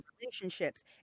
relationships